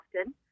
often